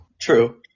True